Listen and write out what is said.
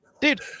Dude